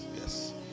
yes